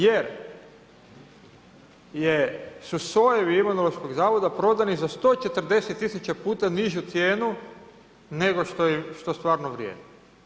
Jer su sojevi Imunološkog zavoda prodani za 140 000 puta nižu cijenu nego što stvarno vrijedi.